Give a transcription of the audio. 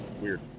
weird